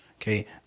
okay